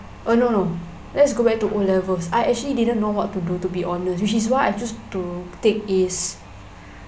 oh no no let's go back to O levels I actually didn't know what to do to be honest which is why I choose to take As